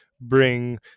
bring